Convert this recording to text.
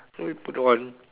so we put on